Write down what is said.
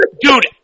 dude